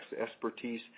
expertise